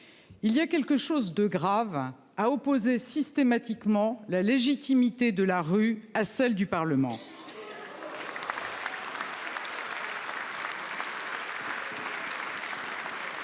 Il y a quelque chose de grave à opposer systématiquement la légitimité de la rue à celle du Parlement.